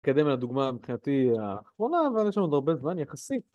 קדם לדוגמה מבחינתי האחרונה אבל יש לנו עוד הרבה זמן יחסית